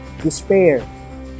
despair